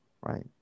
right